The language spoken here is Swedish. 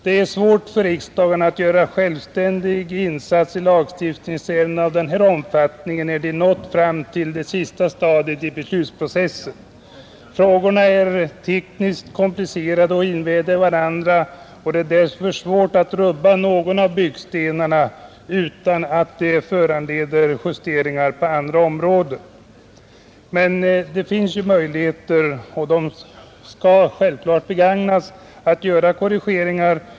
Det är svårt för riksdagen att göra en självständig insats i lagärenden av denna omfattning, då de äntligen har nått fram till det sista stadiet i den långa beslutsprocessen. Frågorna är tekniskt komplicerade och invävda i varandra, och därför är det svårt att rubba på någon av byggstenarna utan att det föranleder justeringar på andra områden. Men det finns ju vissa möjligheter, och de skall självfallet begagnas, att göra korrigeringar.